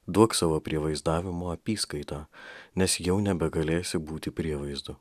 duok savo prievaizdavimo apyskaitą nes jau nebegalėsi būti prievaizdu